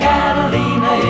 Catalina